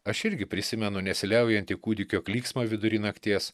aš irgi prisimenu nesiliaujantį kūdikio klyksmą vidury nakties